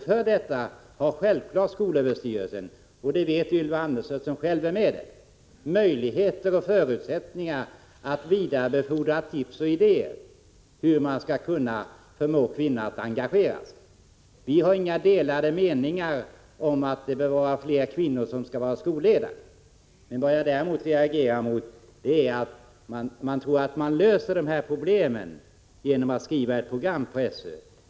För detta har självfallet skolöverstyrelsen, och det vet Ylva Annerstedt som själv är med där, möjligheter och förutsättningar att vidarebefordra tips och idéer om hur man skall kunna förmå kvinnorna att engagera sig. Vi har inte delade meningar om att det bör vara fler kvinnor som skolledare. Vad jag däremot reagerar mot är att man tror att man löser problemen genom att skriva ett program på SÖ.